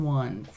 one